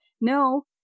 No